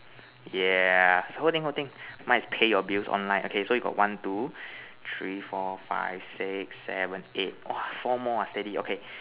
yeah whole thing whole thing mine is pay your bills online okay so you got one two three four five six seven eight !wah! four more ah steady okay